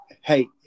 hey